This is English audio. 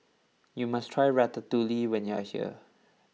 you must try Ratatouille when you are here